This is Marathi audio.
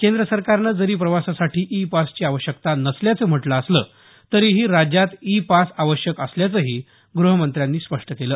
केंद्र सरकारनं जरी प्रवासासाठी ई पासची आवश्यकता नसल्याचं म्हटलं असलं तरीही राज्यात ई पास आवश्यक असल्याचंही गृहमंत्र्यांनी स्पष्ट केलं